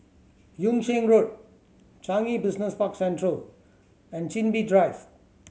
Yung Sheng Road Changi Business Park Central and Chin Bee Drive